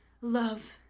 love